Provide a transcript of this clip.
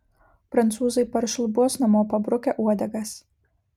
prancūzai paršlubuos namo pabrukę uodegas